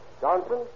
Johnson